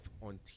on